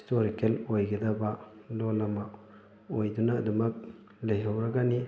historical ꯑꯣꯏꯒꯗꯕ ꯂꯣꯟ ꯑꯃ ꯑꯣꯏꯗꯨꯅ ꯑꯗꯨꯃꯛ ꯂꯩꯍꯧꯔꯒꯅꯤ